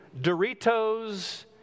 Doritos